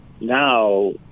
now